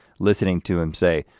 listening to him say